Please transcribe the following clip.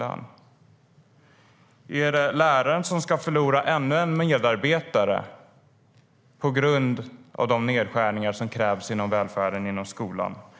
Är det läraren som ska förlora ännu en medarbetare på grund av de nedskärningar som krävs inom välfärden och inom skolan?